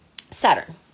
Saturn